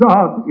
God